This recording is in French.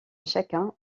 chacun